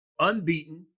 Unbeaten